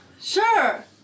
Sure